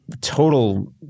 Total